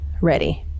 ready